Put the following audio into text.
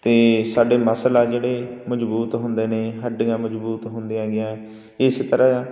ਅਤੇ ਸਾਡੇ ਮਸਲ ਆ ਜਿਹੜੇ ਮਜ਼ਬੂਤ ਹੁੰਦੇ ਨੇ ਹੱਡੀਆਂ ਮਜ਼ਬੂਤ ਹੁੰਦੀਆਂ ਹੈਗੀਆਂ ਇਸ ਤਰ੍ਹਾਂ